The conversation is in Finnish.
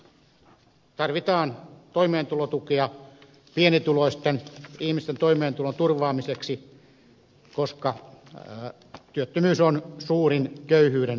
näin ollen tarvitaan toimeentulotukea pienituloisten ihmisten toimeentulon turvaamiseksi koska työttömyys on suurin köyhyyden aiheuttaja